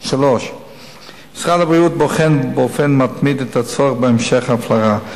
3. משרד הבריאות בוחן באופן מתמיד את הצורך בהמשך הפלרה.